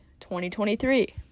2023